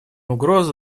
угроза